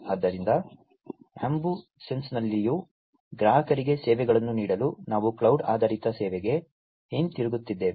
ಆದ್ದರಿಂದ ಆಂಬುಸೆನ್ಸ್ನಲ್ಲಿಯೂ ಗ್ರಾಹಕರಿಗೆ ಸೇವೆಗಳನ್ನು ನೀಡಲು ನಾವು ಕ್ಲೌಡ್ ಆಧಾರಿತ ಸೇವೆಗೆ ಹಿಂತಿರುಗುತ್ತಿದ್ದೇವೆ